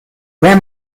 where